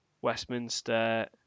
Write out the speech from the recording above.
Westminster